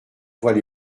voies